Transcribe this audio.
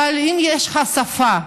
אבל אם יש לך שפה,